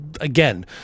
again